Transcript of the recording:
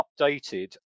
updated